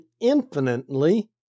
infinitely